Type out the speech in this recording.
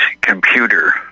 computer